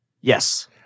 Yes